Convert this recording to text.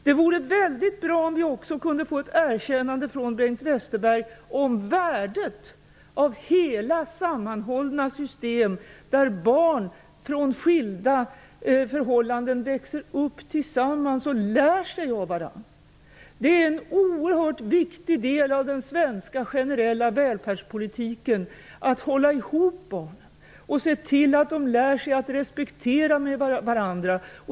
Det vore mycket bra om vi också kunde få ett erkännande från Bengt Westerberg om värdet av hela, sammanhållna system, där barn från skilda förhållanden växer upp tillsammans och lär sig av varandra. Det är en oerhört viktig del av den svenska generella välfärdspolitiken som vi bör hålla ihop om, så att barnen lär sig att respektera varandra.